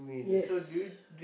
yes